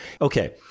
Okay